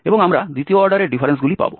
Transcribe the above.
এবং আমরা দ্বিতীয় অর্ডারের ডিফারেন্সগুলি পাব